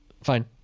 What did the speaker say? fine